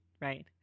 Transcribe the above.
right